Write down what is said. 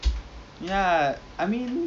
hmm